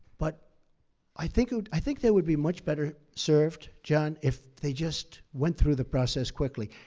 but i think ah i think they would be much better served, jon, if they just went through the process quickly.